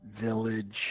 village